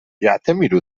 يعتمد